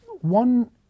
One